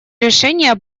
решения